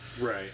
Right